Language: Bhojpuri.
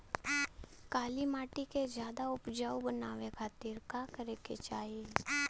काली माटी के ज्यादा उपजाऊ बनावे खातिर का करे के चाही?